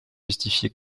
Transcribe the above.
justifié